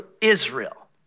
Israel